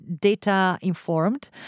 data-informed